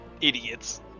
idiots